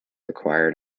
required